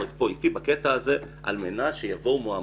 על מנת שיבואו מועמדים.